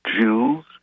Jews